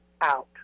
out